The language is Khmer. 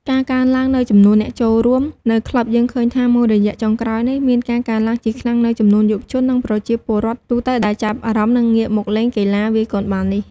ការកើនឡើងនូវចំនួនអ្នកចូលរួមនៅក្លឹប យើងឃើញថាមួយរយៈចុងក្រោយនេះ មានការកើនឡើងជាខ្លាំងនូវចំនួនយុវជន និងប្រជាពលរដ្ឋទូទៅដែលចាប់អារម្មណ៍និងងាកមកលេងកីឡាវាយកូនបាល់នេះ។